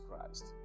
Christ